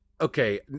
Okay